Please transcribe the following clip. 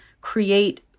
create